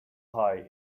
pie